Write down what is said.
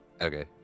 Okay